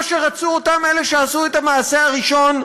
שרצו ליצור אותם אלה שעשו את המעשה הראשון.